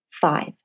five